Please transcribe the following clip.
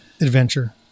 adventure